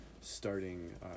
starting